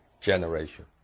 generation